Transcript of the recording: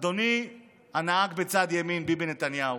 אדוני הנהג מצד ימין, ביבי נתניהו,